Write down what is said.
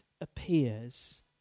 appears